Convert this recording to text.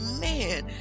man